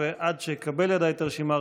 עד שאקבל לידיי את הרשימה,